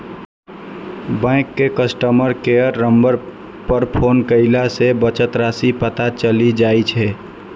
bank के customer care number पर phone कयला सं बचत राशिक पता चलि जाइ छै